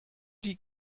die